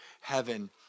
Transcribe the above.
heaven